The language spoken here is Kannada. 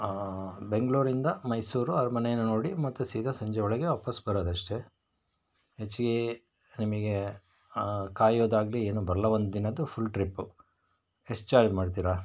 ಬೆಂಗಳೂರಿಂದ ಮೈಸೂರು ಅರಮನೆಯನ್ನು ನೋಡಿ ಮತ್ತೆ ಸೀದಾ ಸಂಜೆ ಒಳಗೆ ವಾಪಸ್ ಬರೋದಷ್ಟೇ ಹೆಚ್ಚಿಗೆ ನಿಮಗೆ ಕಾಯೋದಾಗಲಿ ಏನೂ ಬರಲ್ಲ ಒಂದು ದಿನದ್ದು ಫುಲ್ ಟ್ರಿಪ್ಪು ಎಷ್ಟು ಚಾರ್ಜ್ ಮಾಡ್ತೀರಾ